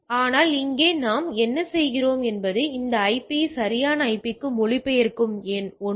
ஆனால் இங்கே நாம் என்ன செய்கிறோம் என்பது இந்த ஐபியை சரியான ஐபிக்கு மொழிபெயர்க்கும் ஒன்று